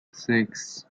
six